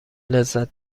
لذت